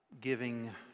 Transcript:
giving